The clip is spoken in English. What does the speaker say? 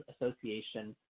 association